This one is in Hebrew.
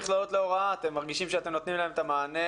המכללות להוראה מרגישות שאתם נותנים להם את המענה